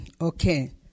Okay